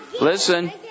listen